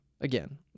again